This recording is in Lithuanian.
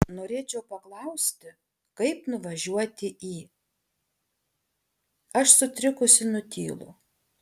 norėčiau paklausti kaip nuvažiuoti į aš sutrikusi nutylu